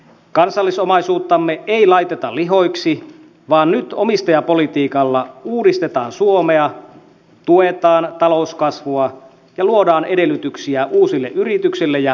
kansallisomaisuuttamme ei laiteta lihoiksi vaan nyt omistajapolitiikalla uudistetaan suomea tuetaan talouskasvua ja luodaan edellytyksiä uusille yrityksille ja työpaikoille